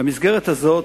במסגרת הזאת,